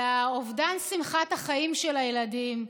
אלא אובדן שמחת החיים של הילדים,